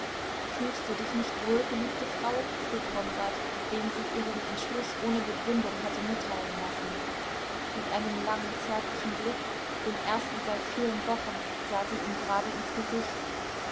fühlst du dich nicht wohl geliebte frau frug konrad dem sie ihren entschluß ohne begründung hatte mitteilen lassen mit einem langen zärtlichen blick dem ersten seit vielen wochen sah sie ihm gerade ins gesicht